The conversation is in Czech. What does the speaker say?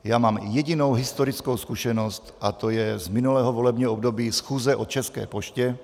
Já mám jedinou historickou zkušenost, a to je z minulého volebního období, schůze o České poště.